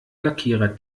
lackierer